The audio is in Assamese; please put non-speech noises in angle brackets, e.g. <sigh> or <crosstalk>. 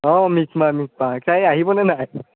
অঁ <unintelligible> তাই আহিবনে নাই